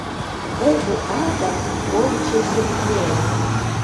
vaikui augant pojūčiai silpnėja